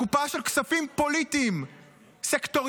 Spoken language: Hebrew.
קופה של כספים פוליטיים סקטוריאליים